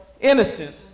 innocent